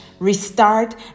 Restart